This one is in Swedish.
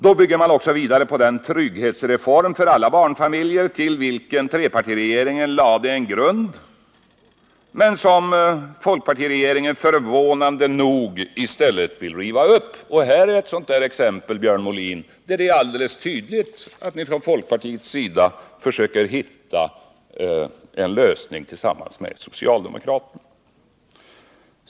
Då bygger man också vidare på den trygghetsreform för alla barnfamiljer till vilken trepartiregeringen lade en grund som folkpartiregeringen förvånande nog nu vill riva upp. Här är ett sådant exempel, Björn Molin, där det är alldeles tydligt att ni från folkpartiets sida försöker hitta en lösning tillsammans med socialdemokraterna.